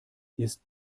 ist